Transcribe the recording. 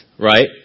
right